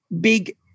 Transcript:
big